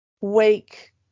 wake